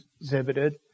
exhibited